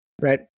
Right